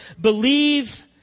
believe